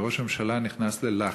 וראש הממשלה נכנס ללחץ,